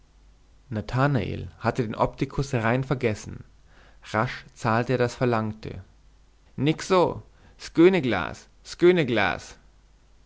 nathanael hatte den optikus rein vergessen rasch zahlte er das verlangte nick so sköne glas sköne glas